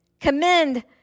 commend